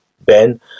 Ben